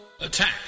Attack